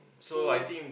so